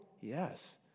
Yes